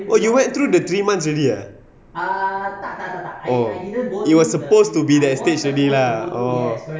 oh you went through the three months ah oh it was supposed to be that stage already lah oh